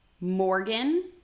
Morgan